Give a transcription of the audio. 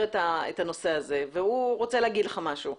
את הנושא הזה והוא רוצה להגיד לך משהו.